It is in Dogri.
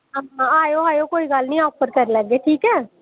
हां आएओ आएओ कोई गल्ल नी आफर करी लैगे ठीक ऐ